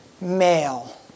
male